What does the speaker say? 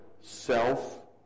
self